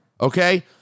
okay